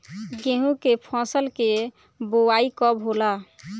गेहूं के फसल के बोआई कब होला?